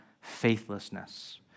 faithlessness